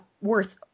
worth